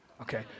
okay